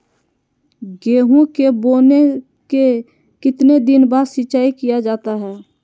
गेंहू के बोने के कितने दिन बाद सिंचाई किया जाता है?